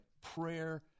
prayer